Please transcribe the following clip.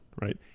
right